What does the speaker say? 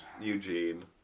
Eugene